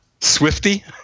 Swifty